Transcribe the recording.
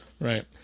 Right